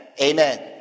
Amen